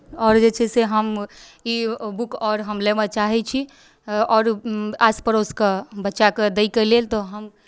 आओर जे छै से हम ई बुक आओर हम लेबय चाहै छी आओर आस पड़ोसके बच्चाकेँ दैके लेल तऽ हम